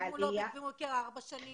ואם הוא ביקר לפני ארבע שנים?